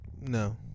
No